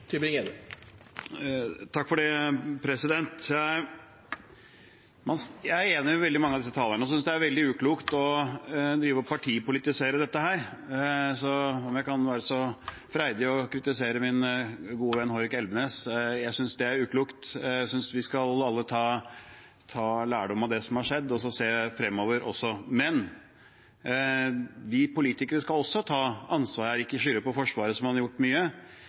enig med veldig mange av talerne. Så synes jeg det er veldig uklokt å drive og partipolitisere dette – om jeg kan være så freidig å kritisere min gode venn Hårek Elvenes. Jeg synes det er uklokt. Jeg synes vi alle skal ta lærdom av det som har skjedd, og så se fremover. Men vi politikere skal også ta ansvar og ikke skylde på Forsvaret, som man har gjort mye.